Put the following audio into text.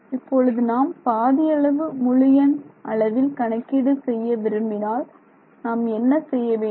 இப்பொழுது நாம் பாதி அளவு முழு எண் அளவில் கணக்கீடு செய்ய விரும்பினால் நாம் என்ன செய்ய வேண்டும்